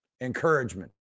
encouragement